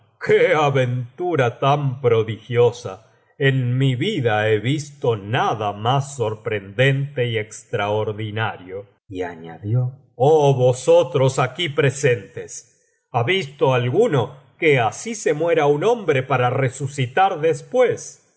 aventura tan prodigiosa en mi vida he visto nada más sorprendente y extraordinario y añadió oh vosotros aquí presentes ha visto alguno que así se muera un hombre para resucitar después